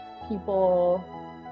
people